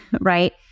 right